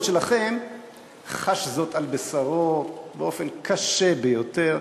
שלכם חש זאת על בשרו באופן קשה ביותר.